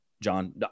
John